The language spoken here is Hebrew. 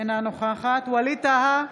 אינה נוכחת ווליד טאהא,